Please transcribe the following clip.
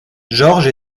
georges